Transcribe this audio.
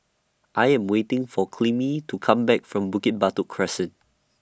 I Am waiting For Clemie to Come Back from Bukit Batok Crescent